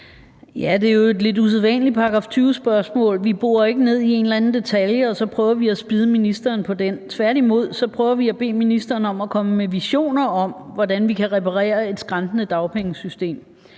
Det er jo et lidt usædvanligt § 20-spørgsmål. Vi borer ikke ned i en eller anden detalje og prøver at spidde ministeren på den. Tværtimod prøver vi at bede ministeren om at komme med visioner om, hvordan vi kan reparere et skrantende dagpengesystem.